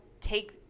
take –